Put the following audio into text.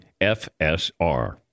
FSR